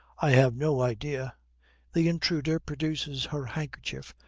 i have no idea the intruder produces her handkerchief,